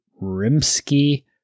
rimsky